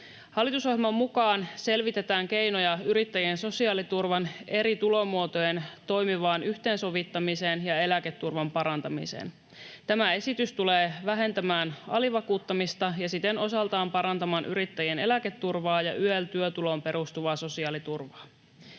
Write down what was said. Hallitusohjelman mukaan selvitetään keinoja yrittäjien sosiaaliturvan eri tulomuotojen toimivaan yhteensovittamiseen ja eläketurvan parantamiseen. Tämä esitys tulee vähentämään alivakuuttamista ja siten osaltaan parantamaan yrittäjien eläketurvaa ja YEL-työtuloon perustuvaa sosiaaliturvaa.